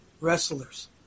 wrestlers